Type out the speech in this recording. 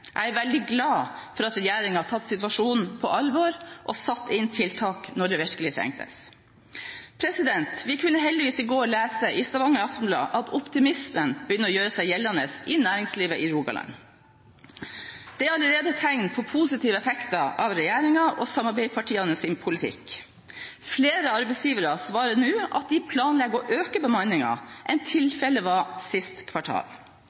Jeg er veldig glad for at regjeringen har tatt situasjonen på alvor og satte inn tiltak da det virkelig trengtes. Vi kunne i går heldigvis lese i Stavanger Aftenblad at optimismen begynner å gjøre seg gjeldende i næringslivet i Rogaland. Det er allerede tegn på positive effekter av regjeringen og samarbeidspartienes politikk. Flere arbeidsgivere svarer nå at de planlegger å øke bemanningen, noe som ikke var tilfellet sist kvartal.